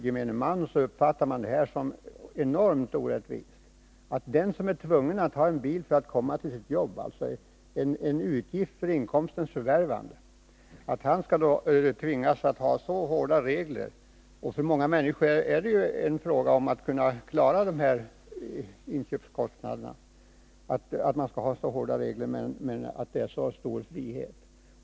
Gemene man uppfattar det som enormt orättvist att den som är tvungen att ha bil för att komma till sitt jobb — alltså en utgift för inkomstens förvärvande — skall tvingas att iaktta så hårda regler. För många människor är det en fråga om att kunna klara inköpskostnaderna för bilen när reglerna är så hårda, medan det i övrigt är så stor frihet.